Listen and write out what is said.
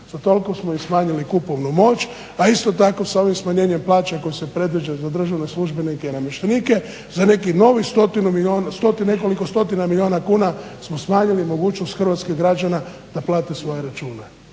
Za toliko smo im smanjili kupovnu moć a isto tako sa ovim smanjenjem plaća koji se predviđa za državne službenike i namještenike, za nekih novih stotina milijuna kuna smo smanjili mogućnost hrvatskih građana da plate svoje račune